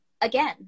Again